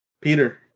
Peter